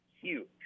huge